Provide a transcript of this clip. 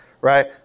Right